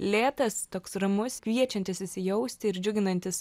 lėtas toks ramus kviečiantis įsijausti ir džiuginantis